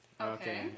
Okay